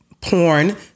porn